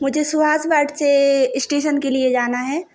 मुझे सुहास वार्ड से इस्टेशन के लिए जाना है